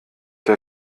der